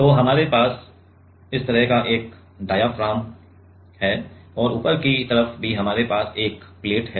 तो हमारे पास इस तरह का एक डायाफ्राम है और ऊपर की तरफ भी हमारे पास एक प्लेट है